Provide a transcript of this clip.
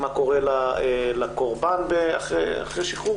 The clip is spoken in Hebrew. מה קורה לקורבן לאחר השחרור